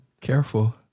Careful